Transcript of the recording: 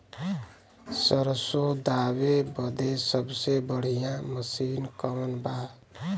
सरसों दावे बदे सबसे बढ़ियां मसिन कवन बा?